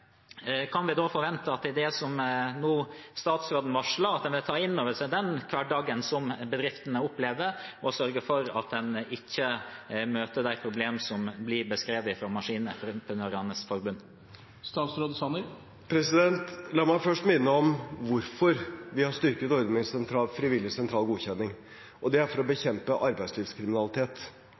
kan vi forvente av det statsråden nå varslet, at man vil ta inn over seg den hverdagen som bedriftene opplevde, og sørge for at man ikke møter de problemene som blir beskrevet av Maskinentreprenørenes Forbund? La meg først minne om hvorfor vi har styrket ordningen med sentral frivillig godkjenning. Det er for å bekjempe arbeidslivskriminalitet.